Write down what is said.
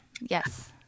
yes